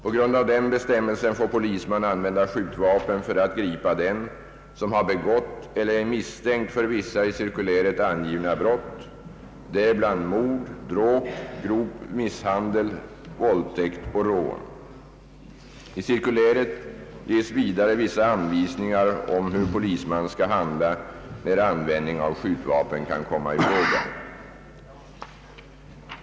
På grund av den sistnämnda bestämmelsen får polisman använda skjutvapen för att gripa den som begått eller är misstänkt för vissa i cirkuläret angivna brott, däribland mord, dråp, grov misshandel, våldtäkt och rån. I cirkuläret ges vidare vissa anvisningar om hur polisman skall handla när användning av skjutvapen kan komma i fråga.